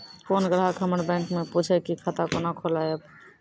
कोय ग्राहक हमर बैक मैं पुछे की खाता कोना खोलायब?